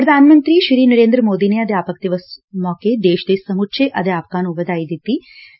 ਪੁਧਾਨ ਮੰਤਰੀ ਨਰੇਂਦਰ ਮੋਦੀ ਨੇ ਅਧਿਆਪਕ ਦਿਵਸ ਮੌਕੇ ਦੇ ਦੇ ਸਮੁੱਚੇ ਅਧਿਆਪਕਾਂ ਨੂੰ ਵਧਾਈ ਦਿੱਤੀ ਏ